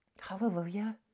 Hallelujah